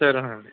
సరే అండి